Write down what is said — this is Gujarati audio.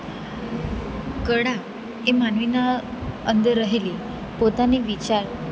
કળા એ માનવીના અંદર રહેલી પોતાની વિચાર તેમજ એની